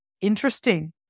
interesting